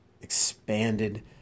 expanded